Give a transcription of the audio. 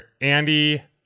Andy